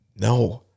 No